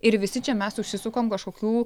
ir visi čia mes užsisukom kažkokių